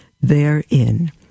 therein